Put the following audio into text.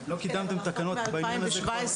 אבל לא קידמתם תקנות בעניין הזה כבר עשור.